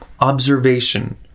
observation